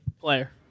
Player